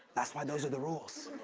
that's why those are the rules.